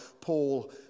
Paul